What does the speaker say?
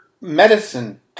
medicine